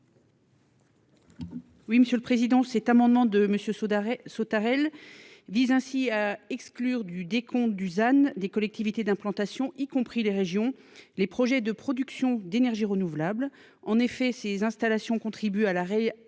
Oui, monsieur le Président, cet amendement de monsieur d'arrêt Sautarel. Disent ainsi exclure du décompte Dusan des collectivités d'implantation, y compris les régions, les projets de production d'énergie renouvelable en effet ces installations contribue à l'arrêt Alisa